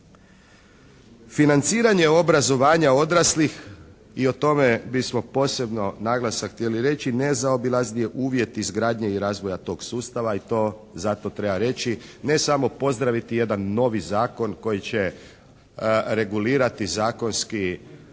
Financiranje obrazovanja odraslih i o tome bismo posebno naglasak htjeli reći, nezaobilazni je uvjet izgradnje i razvoja tog sustava i to zato treba reći ne samo pozdraviti jedan novi zakon koji će regulirati zakonski